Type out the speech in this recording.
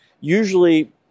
Usually